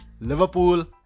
Liverpool